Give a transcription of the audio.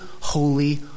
holy